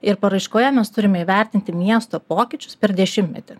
ir paraiškoje mes turime įvertinti miesto pokyčius per dešimtmetį